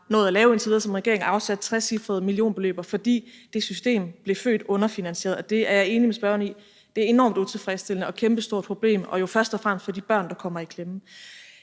nået at lave indtil videre som regering, afsat trecifrede millionbeløb, fordi det system blev født underfinansieret, og det er jeg enig med spørgeren i er enormt utilfredsstillende og et kæmpestort problem, og det er det jo først og fremmest for de børn, der kommer i klemme.